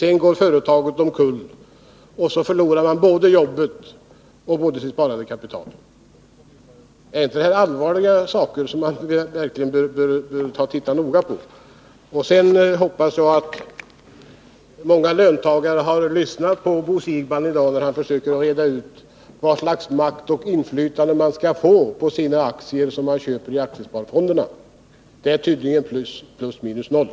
Om företaget går omkull, förlorar man ju både jobbet och sitt sparade kapital. Är inte det allvarliga saker, som man verkligen bör se noga på? Sedan hoppas jag att många löntagare har lyssnat på Bo Siegbahn när han i dag försökt reda ut vilket slags makt och vilket inflytande man skall få på sina aktier om man köper dem i aktiesparfonderna. Det är tydligen plus minus noll.